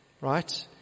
right